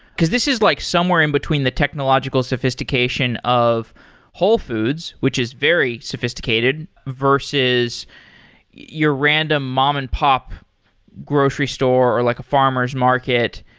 because this is like somewhere in between the technological sophistication of whole foods, which is very sophisticated, versus your random mom and pop grocery store or like a farmers market.